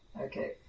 Okay